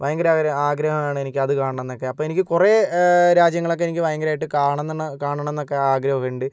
ഭയങ്കരാഗ്ര ആഗ്രഹാണ് എനിക്ക് അത് കാണണന്നെക്കെ അപ്പോൾ എനിക്ക് കുറെ രാജ്യങ്ങളെക്കെ എനിക്ക് ഭയങ്കരായിട്ട് കാണന്നെണ കാണണമെന്നൊക്കെ ആഗ്രഹം ഉണ്ട്